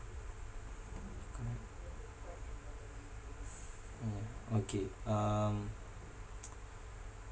correct mm okay um